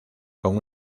con